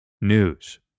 News